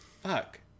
fuck